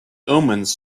omens